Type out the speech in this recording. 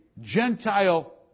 Gentile